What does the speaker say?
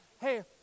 hey